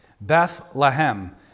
Bethlehem